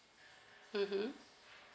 mmhmm